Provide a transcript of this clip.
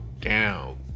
down